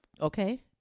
Okay